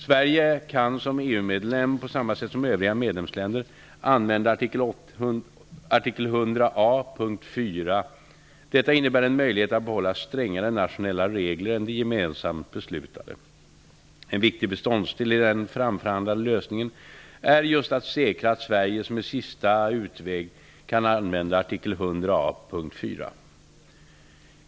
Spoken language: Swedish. Sverige kan som EU-medlem, på samma sätt som övriga medlemsländer, använda artikel 100 a, p 4. Detta innebär en möjlighet att behålla strängare nationella regler än de gemensamt beslutade. En viktig beståndsdel i den framförhandlade lösningen är just att säkra att Sverige, som en sista utväg, kan använda artikel 100 a, p 4.